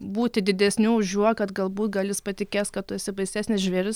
būti didesniu už juo kad galbūt gal jis patikės kad tu esi baisesnis žvėris